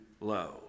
low